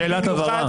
הסתיים הדיון.